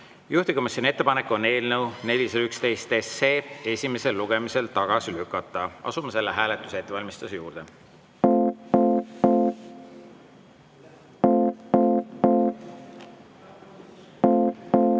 Juhtivkomisjoni ettepanek on eelnõu 411 esimesel lugemisel tagasi lükata. Asume selle hääletuse ettevalmistamise juurde.